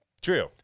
True